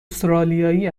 استرالیایی